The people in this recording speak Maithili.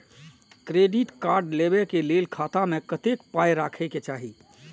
क्रेडिट कार्ड लेबै के लेल खाता मे कतेक पाय राखै के चाही?